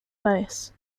bass